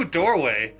doorway